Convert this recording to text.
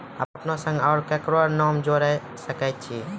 अपन संग आर ककरो नाम जोयर सकैत छी?